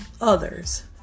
others